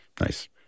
nice